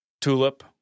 tulip